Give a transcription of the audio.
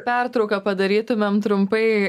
pertrauką padarytumėm trumpai